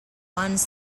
ones